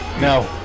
No